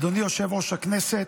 אדוני יושב-ראש הישיבה,